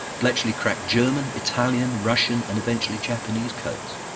bletchley cracked german, italian, russian and, eventually, japanese codes.